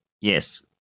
Yes